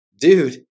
Dude